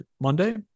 Monday